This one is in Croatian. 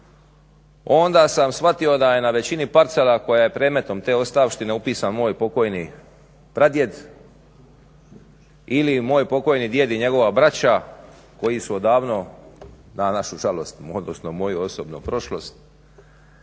onda sam shvatio da je na većini parcela koja je predmetom te ostavštine upisan moj pokojni pradjed ili moj pokojni djed i njegova braća koji su odavno na moju žalost moju osobnu prošlost.